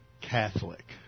Catholic